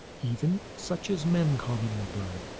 even such as men commonly burn,